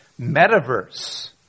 Metaverse